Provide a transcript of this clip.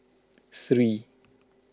three